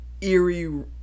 eerie